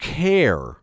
care